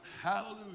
Hallelujah